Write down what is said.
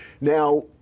Now